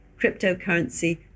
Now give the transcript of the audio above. cryptocurrency